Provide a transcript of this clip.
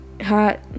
hot